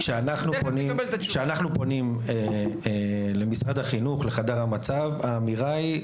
כשאנחנו פונים לחדר המצב במשרד החינוך האמירה היא: